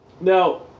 Now